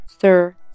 Sir